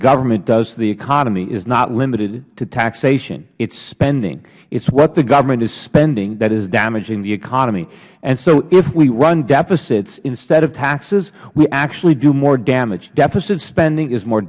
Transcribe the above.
government does to the economy is not limited to taxation it is spending it is what the government is spending that is damaging the economy if we run deficits instead of taxes we actually do more damage deficit spending is more